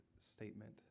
statement